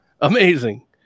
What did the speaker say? amazing